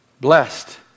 Blessed